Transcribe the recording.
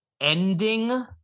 ending